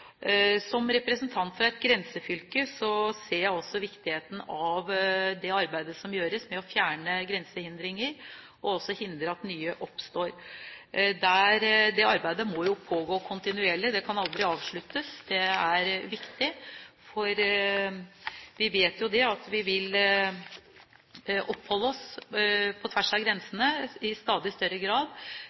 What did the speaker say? som kommer. Som representant fra et grensefylke ser jeg også viktigheten av det arbeidet som gjøres med å fjerne grensehindringer, og også hindre at nye oppstår. Det arbeidet må pågå kontinuerlig, det kan aldri avsluttes. Det er viktig, for vi vet at vi vil oppholde oss på tvers av grensene i stadig større grad,